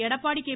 Edappadi K